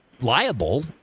liable